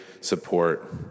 support